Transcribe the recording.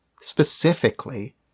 specifically